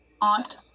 Aunt